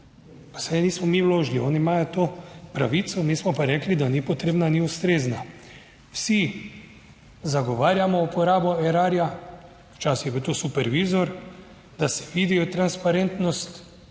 saj nismo mi vložili, oni imajo to pravico, mi smo pa rekli, da ni potrebna, ni ustrezna. Vsi zagovarjamo uporabo Erarja, včasih je bil to supervizor. Da se vidijo transparentnost